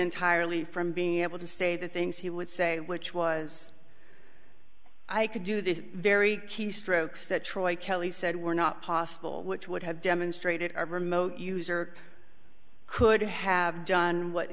entirely from being able to say the things he would say which was i could do this very keystrokes that troy kelly said were not possible which would have demonstrated a remote user could have done what